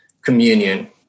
communion